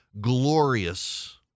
glorious